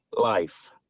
Life